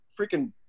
freaking